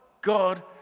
God